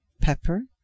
pepper